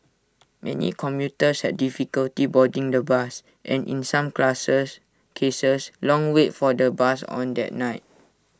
many commuters had difficulty boarding the bus and in some classes cases long wait for the bus on that night